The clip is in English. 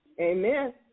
Amen